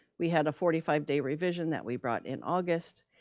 we had a forty five day revision that we brought in august.